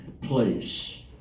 place